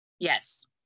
Yes